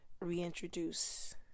reintroduce